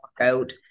out